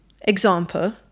example